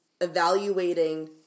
evaluating